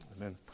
Amen